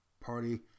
party